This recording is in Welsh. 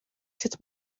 sut